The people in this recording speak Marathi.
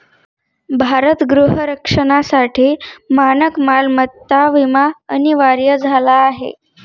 भारत गृह रक्षणासाठी मानक मालमत्ता विमा अनिवार्य झाला आहे